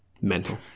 mental